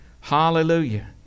Hallelujah